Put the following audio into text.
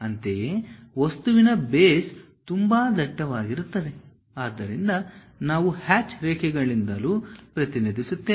ಅಂತೆಯೇ ವಸ್ತುವಿನ ಬೇಸ್ ತುಂಬಾ ದಟ್ಟವಾಗಿರುತ್ತದೆ ಆದ್ದರಿಂದ ನಾವು ಹ್ಯಾಚ್ ರೇಖೆಗಳಿಂದಲೂ ಪ್ರತಿನಿಧಿಸುತ್ತೇವೆ